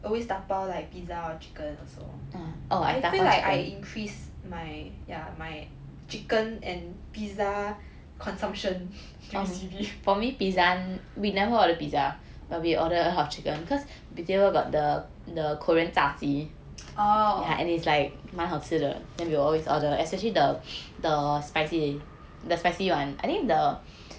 always 打包 like pizza or chicken also I feel like I increase my yeah my chicken and pizza consumption during C_B oh